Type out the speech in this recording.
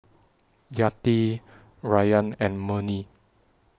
Yati Rayyan and Murni